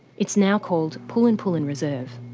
it's now called pullen pullen reserve.